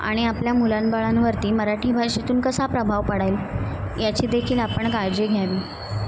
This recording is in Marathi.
आणि आपल्या मुलांबाळांवरती मराठी भाषेतून कसा प्रभाव पडेल याची देखील आपण काळजी घ्यावी